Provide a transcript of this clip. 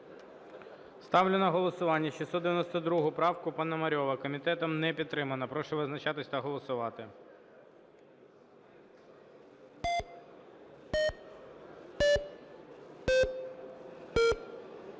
Ставлю на голосування 692 правку Пономарьова. Комітетом не підтримана. Прошу визначатись та голосувати.